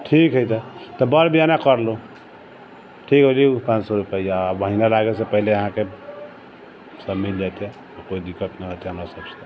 ठीक है तऽ बड़ बनहिया करलू ठीक है लियौ पाँच सए रूपैआ आ महिना लागे से पहिने आहाँके सब मिल जेतै कोइ दिक्कत ना होतै हमरा सब से